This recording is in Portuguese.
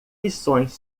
lições